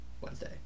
Wednesday